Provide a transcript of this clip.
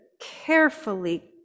carefully